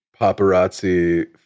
paparazzi